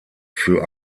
für